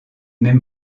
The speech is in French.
même